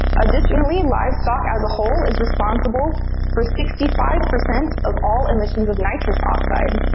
additionally, livestock as a whole is responsible for sixty five percent of all emissions of nitrous oxide.